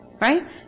Right